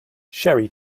sherry